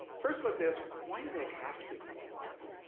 first let's ask, why do they have to be reliable?